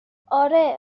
آره